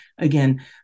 again